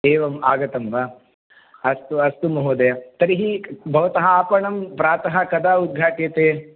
एवम् आगतं वा अस्तु अस्तु महोदय तर्हि भवतः आपणं प्रातः कदा उद्घाट्यते